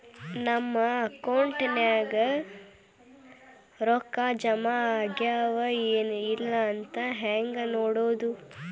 ನಮ್ಮ ಅಕೌಂಟಿಗೆ ರೊಕ್ಕ ಜಮಾ ಆಗ್ಯಾವ ಏನ್ ಇಲ್ಲ ಅಂತ ಹೆಂಗ್ ನೋಡೋದು?